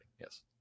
Yes